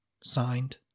Signed